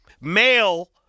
Male